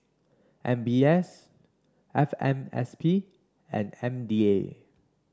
M B S F M S P and M D A